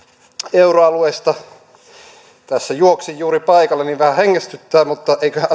euroalueesta kun tässä juoksin juuri paikalle niin vähän hengästyttää mutta eiköhän